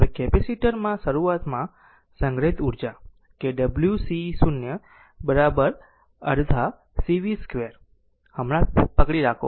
હવે કેપેસિટર માં શરૂઆતમાં સંગ્રહિત ઊર્જા કે w c 0 અડધા c v 0 2 હમણાં જ પકડી રાખો